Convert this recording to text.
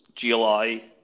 Gli